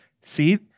see